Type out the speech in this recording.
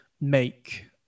make